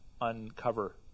uncover